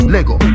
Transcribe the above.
Lego